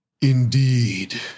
Indeed